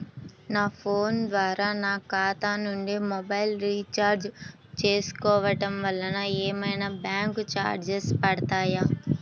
నా ఫోన్ ద్వారా నా ఖాతా నుండి మొబైల్ రీఛార్జ్ చేసుకోవటం వలన ఏమైనా బ్యాంకు చార్జెస్ పడతాయా?